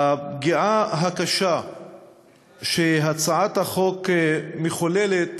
הפגיעה הקשה שהצעת החוק מחוללת